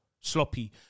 sloppy